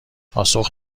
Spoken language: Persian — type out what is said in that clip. پاسخ